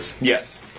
Yes